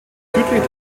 südlich